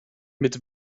mit